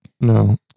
no